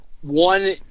one